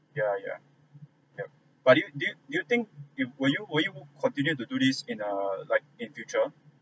yeah yeah yup but do you do you do you think you will you will you will continue to do this in the like in future